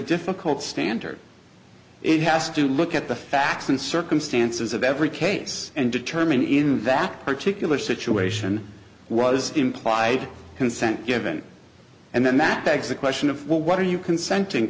difficult standard it has to look at the facts and circumstances of every case and determine in that particular situation was implied consent given and then that begs the question of what are you consenting